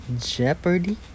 Jeopardy